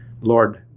Lord